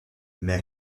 mais